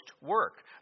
work